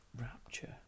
Rapture